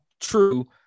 true